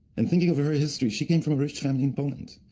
and thinking of her history, she came from a rich family in poland,